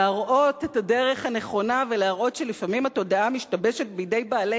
להראות את הדרך הנכונה ולהראות שלפעמים התודעה משתבשת בידי בעלי